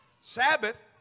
Sabbath